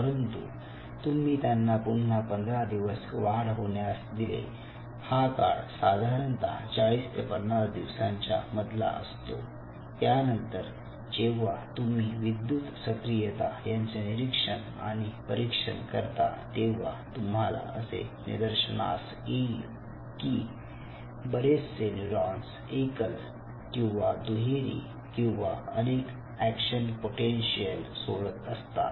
म्हणून तुम्ही त्यांना पुन्हा पंधरा दिवस वाढ होण्यास दिले हा काळ साधारणतः चाळीस ते पन्नास दिवसांच्या मधला असतो यानंतर जेव्हा तुम्ही विद्युत् सक्रियता याचे निरीक्षण आणि परीक्षण करता तेव्हा तुम्हाला असे निदर्शनास येईल की बरेचसे न्यूरॉन्स एकल किंवा दुहेरी किंवा अनेक एक्शन पोटेन्शिअल सोडत असतात